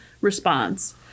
response